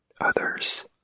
others